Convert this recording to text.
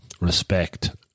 respect